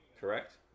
correct